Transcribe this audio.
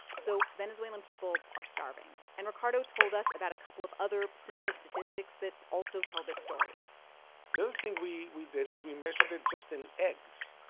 so venezuelan people are starving. and ricardo told us about a couple of other similar statistics that also tell this story the other thing we we did is we measured it just in eggs.